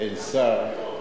אין שר,